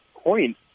point